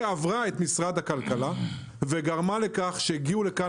שעברה את משרד הכלכלה וגרמה לכך שהגיעו לכאן